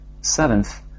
Seventh